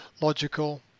logical